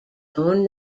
own